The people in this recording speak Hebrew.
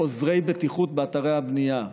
עוזרי בטיחות באתרי הבנייה.